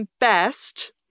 best